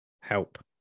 help